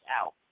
out